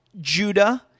Judah